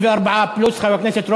בעד, 54, פלוס חבר הכנסת רותם,